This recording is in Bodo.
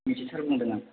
मिथिसार बुंदों आं